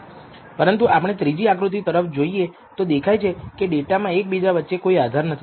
પરંતુ આપણે ત્રીજી આકૃતિ તરફ જોઈએ તો દેખાય છે કે ડેટામાં એકબીજા વચ્ચે કોઇ આધાર નથી